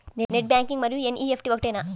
Net banking మరియు NEFT ఒకటేనా?